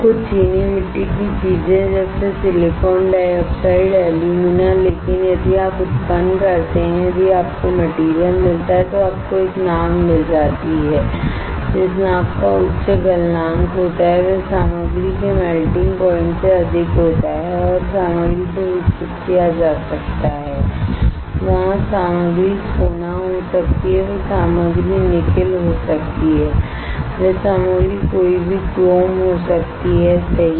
कुछ चीनी मिट्टी की चीज़ें जैसे सिलिकॉन डाइऑक्साइड एल्यूमिना लेकिन यदि आप उत्पन्न करते हैं यदि आपको मटेरियल मिलता है तो आपको एक नाव मिल जाती है जिस नाव का उच्च गलनांक होता है वह सामग्री के मेल्टिंग पॉइंट से अधिक होता है और सामग्री को विकसित किया जा सकता है वहां सामग्री सोना हो सकती है वह सामग्री निकेल हो सकती है वह सामग्री कोई भी क्रोम हो सकती हैसही